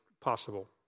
possible